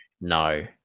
no